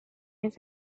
his